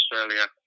Australia